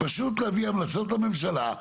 פשוט להביא המלצות לממשלה.